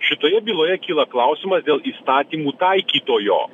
šitoje byloje kyla klausimas dėl įstatymų taikytojo